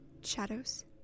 Shadows